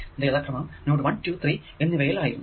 അത് യഥാക്രമം നോഡ് 1 2 3 എന്നിവയിൽ ആയിരുന്നു